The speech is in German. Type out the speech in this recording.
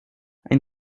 ein